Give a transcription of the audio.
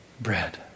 bread